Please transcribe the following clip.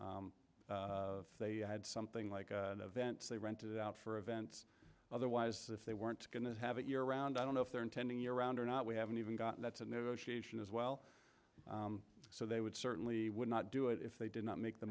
if they had something like a vent they rented out for events otherwise if they weren't going to have it year round i don't know if they're intending to around or not we haven't even got that's a negotiation as well so they would certainly would not do it if they did not make the